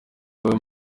wowe